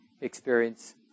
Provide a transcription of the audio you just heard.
experience